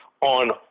on